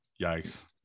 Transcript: yikes